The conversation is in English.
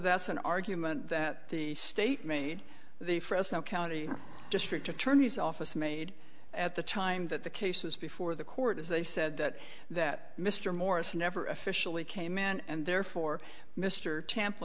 that's an argument that the state made the fresno county district attorney's office made at the time that the case was before the court is they said that that mr morris never officially came and therefore mr